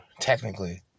technically